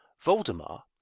Voldemar